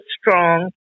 strong